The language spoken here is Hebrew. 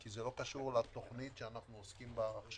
כי זה לא קשור לתוכנית שאנחנו עוסקים בה עכשיו.